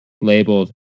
labeled